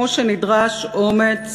כמו שנדרש אומץ